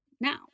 now